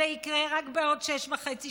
זה יקרה רק בעוד שש שנים וחצי,